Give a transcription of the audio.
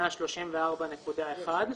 134.1%